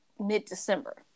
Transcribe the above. mid-December